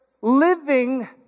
living